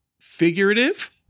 figurative